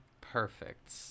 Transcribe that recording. Perfect